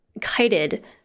kited